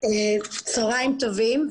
צוהריים טובים.